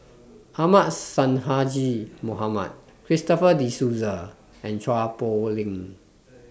Ahmad Sonhadji Mohamad Christopher De Souza and Chua Poh Leng